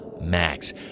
max